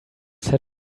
set